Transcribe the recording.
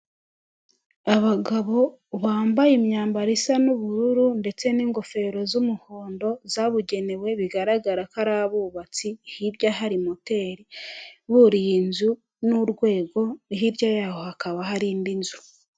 Abagabo bambaye imyambaro isa n'ubururu ndetse n'ingofero z'umuhondo zabugenewe, bigaragara ko ari abubatsi, hirya hari moteri , buriye inzu n'urwego, hirya yaho hakaba hari indi nzu.